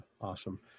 Awesome